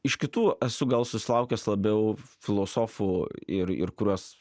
iš kitų esu gal susilaukęs labiau filosofų ir ir kuriuos